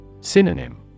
Synonym